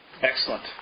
Excellent